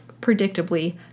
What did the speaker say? predictably